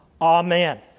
Amen